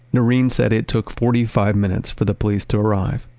noreen said it took forty five minutes for the police to arrive,